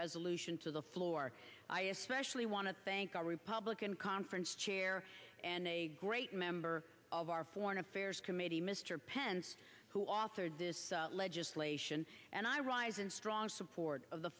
resolution to the floor i especially want to thank our republican conference chair and a great member of our foreign affairs committee mr pence who authored this legislation and i rise in strong support of the